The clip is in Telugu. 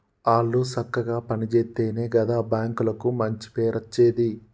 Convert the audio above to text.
ఆళ్లు సక్కగ పని జేత్తెనే గదా బాంకులకు మంచి పేరచ్చేది